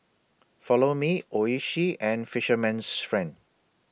Follow Me Oishi and Fisherman's Friend